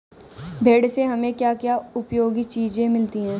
भेड़ से हमें क्या क्या उपयोगी चीजें मिलती हैं?